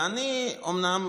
ואני אומנם